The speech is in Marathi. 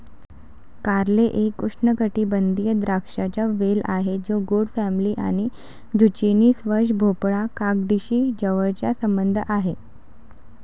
कारले एक उष्णकटिबंधीय द्राक्षांचा वेल आहे जो गोड फॅमिली आणि झुचिनी, स्क्वॅश, भोपळा, काकडीशी जवळचा संबंध आहे